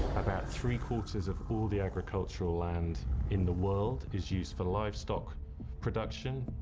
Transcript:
about three-quarters of all the agricultural land in the world, is used for livestock production,